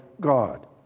God